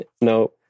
No